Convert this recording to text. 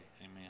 amen